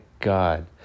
god